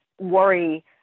worry